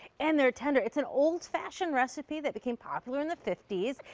and they are tender. it's an old fashioned recipe that became popular in the fifties,